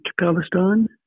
Palestine